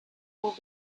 will